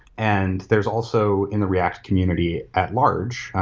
and there's also in the react community at large,